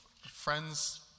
friends